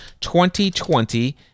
2020